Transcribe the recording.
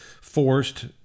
Forced